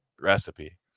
recipe